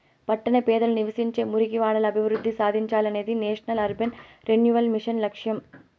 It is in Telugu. పట్టణ పేదలు నివసించే మురికివాడలు అభివృద్ధి సాధించాలనేదే నేషనల్ అర్బన్ రెన్యువల్ మిషన్ లక్ష్యం